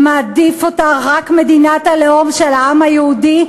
מעדיף אותה רק מדינת הלאום של העם היהודי,